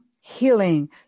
healing